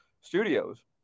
studios